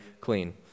clean